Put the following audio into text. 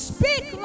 Speak